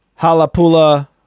Halapula